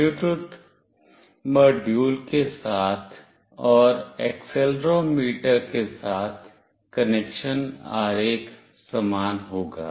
Bluetooth module के साथ और एक्सेलेरोमीटर के साथ कनेक्शन आरेख समान होगा